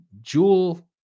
jewel